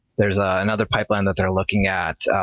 there's ah another pipeline that they're looking at